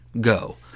Go